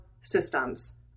systems